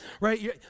right